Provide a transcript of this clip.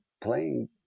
playing